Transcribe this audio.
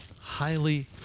highly